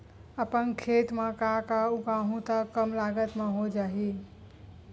अपन खेत म का का उगांहु त कम लागत म हो जाही?